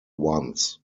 ones